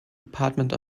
department